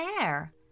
air